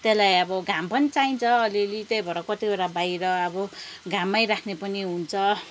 त्यसलाई अब घाम पनि चाहिन्छ अलिअलि त्यही भएर कतिवटा बाहिर अब घाममै राख्ने पनि हुन्छ